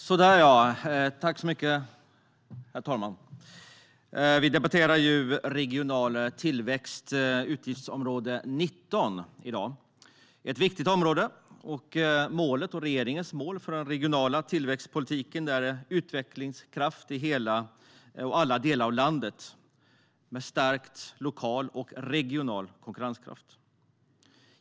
Herr talman! Vi debatterar i dag regional tillväxt, utgiftsområde 19. Det är ett viktigt område. Regeringens mål för den regionala tillväxtpolitiken är utvecklingskraft i alla delar av landet och med stärkt lokal och regional konkurrenskraft.